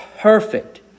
perfect